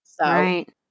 Right